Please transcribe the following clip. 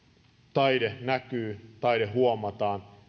taide näkyy taide huomataan